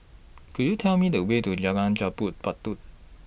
Could YOU Tell Me The Way to Jalan Jambu Batu